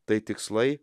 tai tikslai